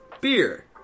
beer